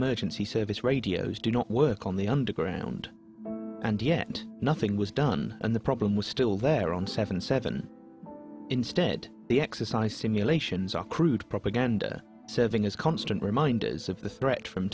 emergency service radios do not work on the underground and yet nothing was done and the problem was still there on seven seven instead the exercise simulations are crude propaganda serving as constant reminders of the threat from